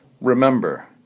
Remember